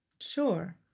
Sure